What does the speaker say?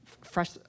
fresh